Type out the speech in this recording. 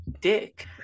dick